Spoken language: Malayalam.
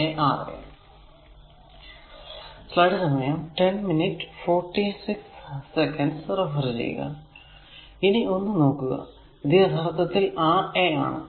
a a R a ഇനി ഒന്ന് നോക്കുക ഇത് യഥാർത്ഥത്തിൽ R a ആണ്